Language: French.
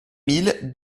mille